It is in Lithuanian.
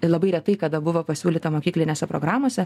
ir labai retai kada buvo pasiūlyta mokyklinėse programose